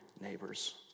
neighbors